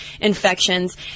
infections